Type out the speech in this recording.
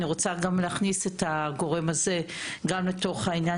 אני רוצה גם להכניס את הגורם הזה לתוך העניין